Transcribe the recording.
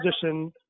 position